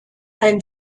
ein